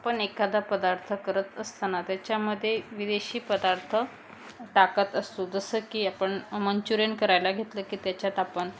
आपण एखादा पदार्थ करत असताना त्याच्यामध्ये विदेशी पदार्थ टाकत असतो जसं की आपण मंच्युरियन करायला घेतलं की त्याच्यात आपण